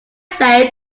say